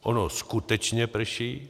Ono skutečně prší.